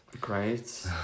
Great